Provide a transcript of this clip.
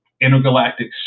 intergalactic